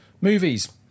Movies